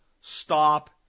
stop